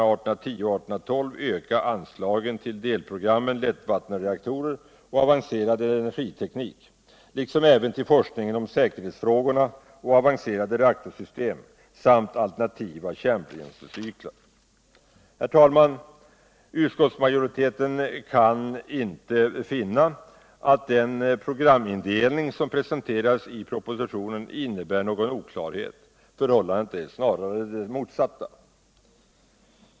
Herr talman! Utskottsmajoriteten kan inte finna att den programindelning som presenteras i propositionen innebär någon oklarhet — förhållandet är snarare det motsatta.